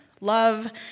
love